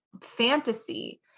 fantasy